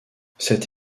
cette